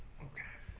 okay